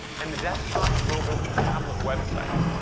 and the de sktop mobile and tablet websites,